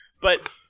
But-